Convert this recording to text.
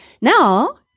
Now